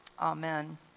Amen